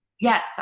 Yes